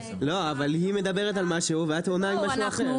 לא, אבל היא מדברת על משהו, ואת עונה על משהו אחר.